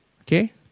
Okay